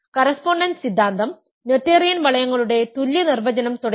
correspondence സിദ്ധാന്തം Noetherian വളയങ്ങളുടെ തുല്യ നിർവചനം തുടങ്ങിയവ